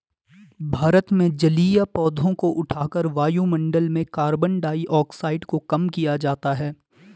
भारत में जलीय पौधों को उठाकर वायुमंडल में कार्बन डाइऑक्साइड को कम किया जाता है